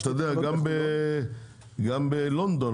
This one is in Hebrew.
גם בלונדון,